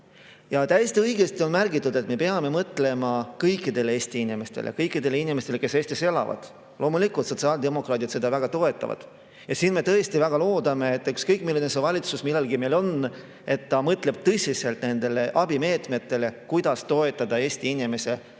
Täiesti õigesti on märgitud, et me peame mõtlema kõikidele Eesti inimestele ja kõikidele inimestele, kes Eestis elavad. Loomulikult sotsiaaldemokraadid seda väga toetavad. Me tõesti väga loodame, et ükskõik milline valitsus meil millalgi on, ta mõtleb tõsiselt nendele abimeetmetele, kuidas toetada Eesti inimesi elamise